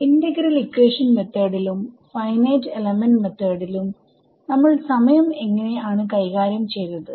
integral equation മെത്തേഡിലും finite element മെത്തോഡിലും നമ്മൾ സമയം എങ്ങനെ ആണ് കൈകാര്യം ചെയ്തത്